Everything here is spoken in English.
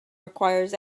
requires